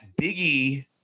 Biggie